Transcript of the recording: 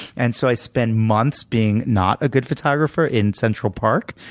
and so i spent months being not a good photographer in central park,